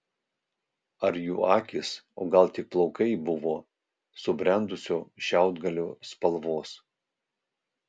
ar jų akys o gal tik plaukai buvo subrendusio šiaudgalio spalvos